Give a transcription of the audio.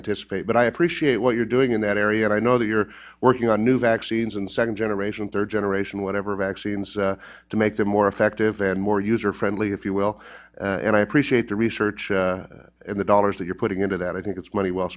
anticipate but i appreciate what you're doing in that area and i know that you're working on new vaccines and second generation third generation whatever vaccines to make them more effective and more user friendly if you will and i appreciate the research and the dollars that you're putting into that i think it's money well